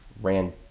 ran